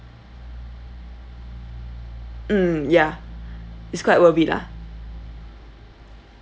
mm yeah it's quite worth it lah